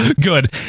Good